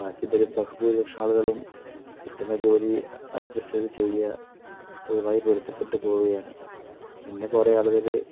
ബാക്കി പേരും ബഹു ഭൂരിപക്ഷം ആളുകളും കിട്ടുന്ന ജോലി അഡ്ജസ്റ്റ് ചെയ്ത് ചെയ്യുക അതുമായി പൊരുത്തപ്പെട്ട് പോവുകയാണ് പിന്നെ കുറേ ആളുകൾ